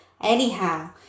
Anyhow